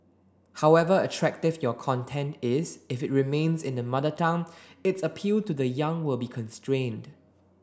however attractive your content is if it remains in the Mother Tongue its appeal to the young will be constrained